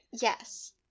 Yes